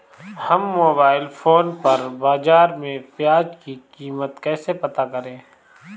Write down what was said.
हम mobile phone पर बाज़ार में प्याज़ की कीमत कैसे पता करें?